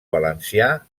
valencià